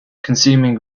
consuming